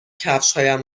کفشهایم